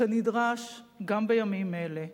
שנדרש גם בימים אלה,